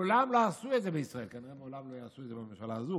מעולם לא עשו את זה בישראל" כנראה לעולם לא יעשו את זה בממשלה הזו,